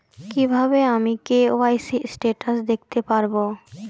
কিভাবে আমি KYC status দেখতে পারবো?